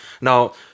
Now